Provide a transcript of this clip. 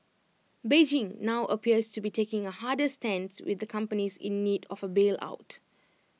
Beijing now appears to be taking A harder stance with the companies in need of A bail out